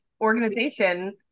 organization